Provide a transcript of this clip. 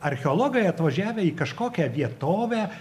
archeologai atvažiavę į kažkokią vietovę